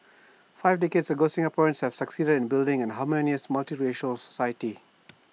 five decades ago Singaporeans have succeeded in building A harmonious multiracial society